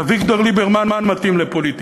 אביגדור ליברמן מתאים לפוליטיקה,